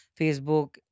Facebook